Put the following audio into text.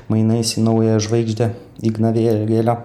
mainais į naująją žvaigždę igną vėgėlę